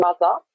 mother